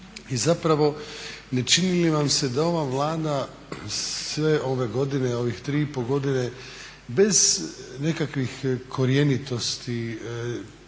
I zapravo ne čini li vam se da ova Vlada sve ove godine, ovih 3,5 godine bez nekakvih korjenitosti,